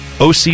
OC